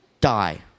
die